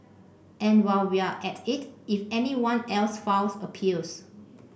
and while we're at it if anyone else files appeals